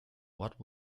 what